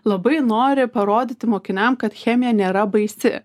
labai nori parodyti mokiniam kad chemija nėra baisi